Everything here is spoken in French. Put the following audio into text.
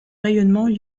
rayonnements